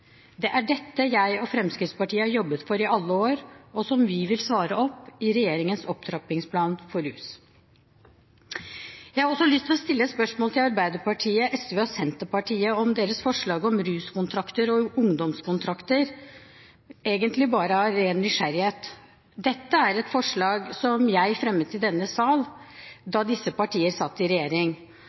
Det er dette jeg og Fremskrittspartiet har jobbet for i alle år, og som vi vil svare for i regjeringens opptrappingsplan for rus. Jeg har også lyst til å stille et spørsmål til Arbeiderpartiet, SV og Senterpartiet om deres forslag om ruskontrakter og ungdomskontrakter – egentlig bare av ren nysgjerrighet. Dette er et forslag som jeg fremmet i denne sal da disse partier satt i regjering.